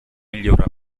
migliore